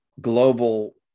global